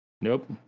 Nope